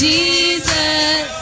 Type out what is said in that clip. Jesus